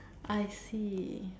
I see